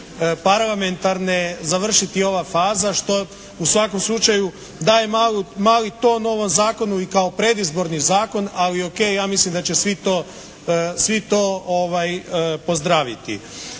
parlamentarne završiti ova faza, što u svakom slučaju daje mali ton ovom zakonu i kao predizborni zakon. Ali o.k. ja mislim da će svi to pozdraviti.